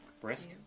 Brisk